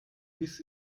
biss